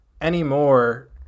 anymore